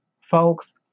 Folks